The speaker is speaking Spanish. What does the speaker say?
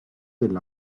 del